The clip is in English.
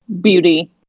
beauty